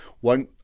One